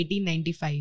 1895